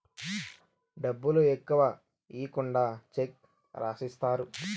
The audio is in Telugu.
డబ్బులు ఎక్కువ ఈకుండా చెక్ రాసిత్తారు